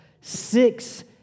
Six